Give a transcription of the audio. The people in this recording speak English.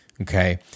okay